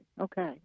Okay